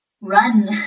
run